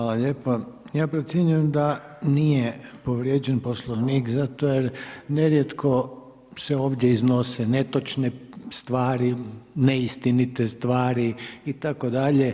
Hvala lijepo, ja procjenjujem da nije povrijeđen Poslovnik, zato jer nerijetko se ovdje iznose netočne stvari, neistinite, stvari itd.